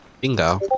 bingo